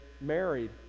married